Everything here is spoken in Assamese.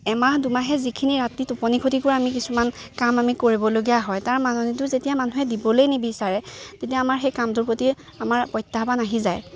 এমাহ দুমাহে যিখিনি ৰাতি টোপনি খতি কৰিও আমি কিছুমান কাম আমি কৰিবলগীয়া হয় তাৰ মাননিটো যেতিয়া মানুহে দিবলৈয়ে নিবিচাৰে তেতিয়া আমাৰ সেই কামটোৰ প্ৰতি আমাৰ প্ৰত্যাহ্বান আহি যায়